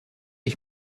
ich